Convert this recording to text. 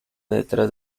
detrás